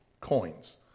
coins